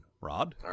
Rod